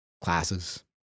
classes